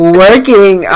working